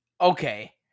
okay